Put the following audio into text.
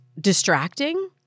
distracting